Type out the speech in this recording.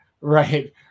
Right